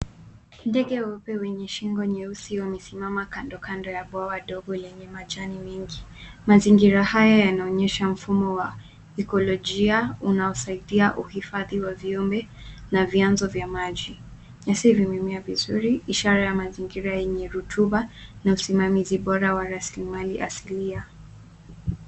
Ndege weupe wenye shingo nyeusi wamesimama kando kando ya bwawa ndogo lenye majani mingi. Mazingira haya yanaonyesha mfumo wa ikolojia unao saidia uhifadhi wa viumbe na vianzo vya maji. Nyasi imemea vizuri ishara ya mazingira yenye rotuba na usimamizi bora wa raslimali asilia.